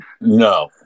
No